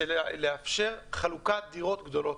לאפשר חלוקת דירות גדולות.